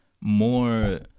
more